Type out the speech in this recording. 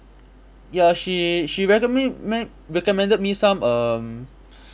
ya she she recommend me recommended me some um